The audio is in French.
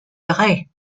grès